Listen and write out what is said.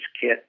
kit